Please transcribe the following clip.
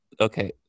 Okay